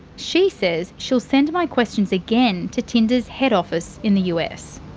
she says she'll send my questions again to tinder's head office in the us.